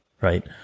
right